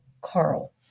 Carl